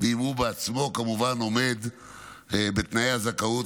ואם הוא עצמו כמובן עומד בתנאי הזכאות